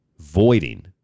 voiding